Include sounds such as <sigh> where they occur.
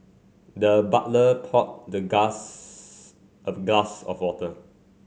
the butler poured the <unintelligible> a glass of water